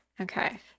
Okay